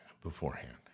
beforehand